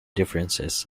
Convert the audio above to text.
differences